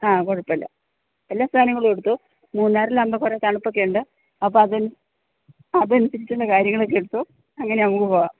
ആ കുഴപ്പമില്ല എല്ലാ സാധനങ്ങളും എടുത്തൊ മൂന്നാറിൽ ആവുമ്പം കുറേ തണുപ്പൊക്കെ ഉണ്ട് അപ്പം അത് അതിനനുസരിച്ചുള്ള കാര്യങ്ങളൊക്കെ എടുത്തോ അങ്ങനെ നമുക്ക് പോവാം